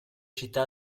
città